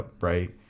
right